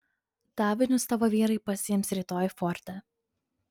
davinius tavo vyrai pasiims rytoj forte